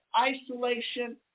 isolation